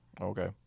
Okay